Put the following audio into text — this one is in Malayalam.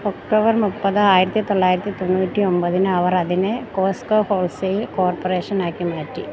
ഒക്ടോബർ മുപ്പത് ആയിരത്തി തൊള്ളായിരത്തി തൊണ്ണൂറ്റി ഒൻപതിന് അവർ അതിനെ കോസ്കോ ഹോൾസെയിൽ കോർപ്പറേഷനാക്കി മാറ്റി